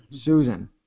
Susan